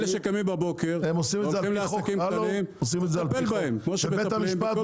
הם עושים את זה על פי חוק.